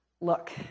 Look